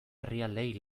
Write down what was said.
herrialdeei